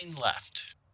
left